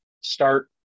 start